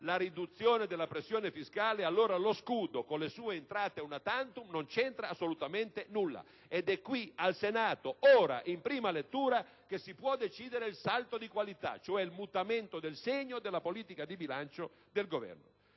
la riduzione della pressione fiscale, allora lo scudo - con le sue entrate *una tantum* - non c'entra assolutamente nulla. Ed è qui al Senato, ora, in prima lettura, che si può decidere il salto di qualità, cioè il mutamento del segno della politica di bilancio del Governo.